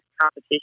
competition